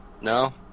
No